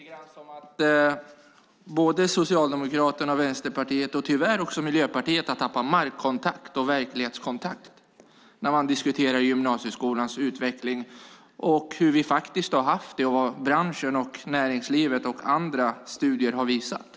Fru talman! Det låter lite grann som om Socialdemokraterna och Vänsterpartiet och tyvärr också Miljöpartiet har tappat markkontakt och verklighetskontakt när de diskuterar gymnasieskolans utveckling, hur vi har haft det och vad branschen, näringslivet och studier har visat.